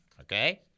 Okay